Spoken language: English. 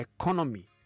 economy